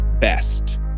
best